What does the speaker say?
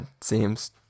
seems